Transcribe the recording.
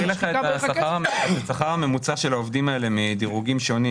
אני אקריא לך את השכר הממוצע של העובדים האלה מדירוגים שונים.